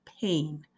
pain